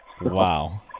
Wow